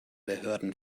behörden